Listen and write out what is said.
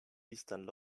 eastern